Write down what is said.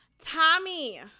Tommy